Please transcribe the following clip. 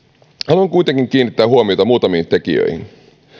haluan kuitenkin kiinnittää huomiota muutamiin tekijöihin